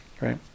right